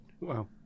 Wow